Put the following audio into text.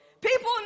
People